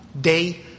day